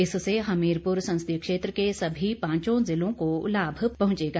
इससे हमीरपुर संसदीय क्षेत्र के सभी पांचों जिलों को लाभ पहुंचेगा